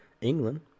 England